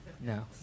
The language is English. No